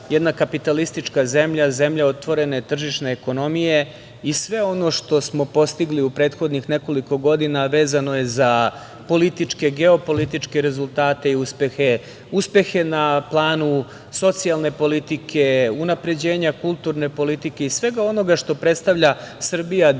jedna kapitalistička zemlja, zemlja otvorene tržišne ekonomije. Sve ono što smo postigli u prethodnih nekoliko godina, a vezano je za političke, geopolitičke rezultate i uspehe, uspehe na planu socijalne politike, unapređenja kulturne politike i svega onoga što predstavlja Srbija danas